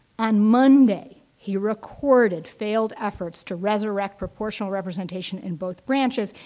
on monday, he recorded failed efforts to resurrect proportional representation in both branches.